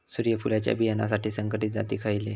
सूर्यफुलाच्या बियानासाठी संकरित जाती खयले?